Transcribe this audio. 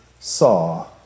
saw